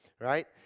Right